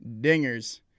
Dingers